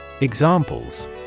Examples